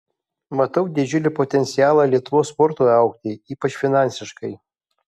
matau didžiulį potencialą lietuvos sportui augti ypač finansiškai